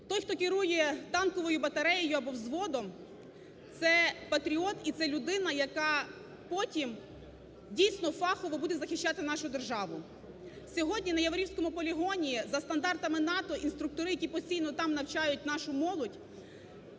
Той, хто керує танковою батареєю або взводом, це патріот і це людина, яка потім, дійсно, фахово буде захищати нашу державу. Сьогодні на Яворівському полігоні за стандартами НАТО, інструктори, які постійно там навчають нашу молодь,